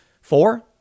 four